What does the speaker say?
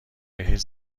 بهش